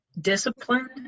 disciplined